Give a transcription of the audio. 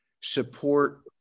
support